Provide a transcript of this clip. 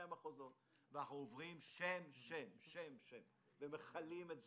המחוזות ואנחנו עוברים שֵם-שֵם ומכלים את זמננו.